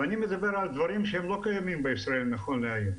ואני מדבר על דברים שלא קיימים בישראל נכון להיום.